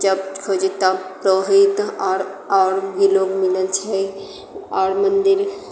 जब खोजी तब रहैत आओर आओर ई लोग मिलै छै आओर मन्दिर